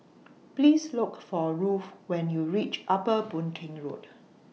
Please Look For Ruth when YOU REACH Upper Boon Keng Road